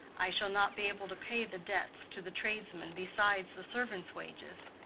i shall not be able to pay the debts to the tradesmen besides the servants' wages.